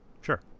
Sure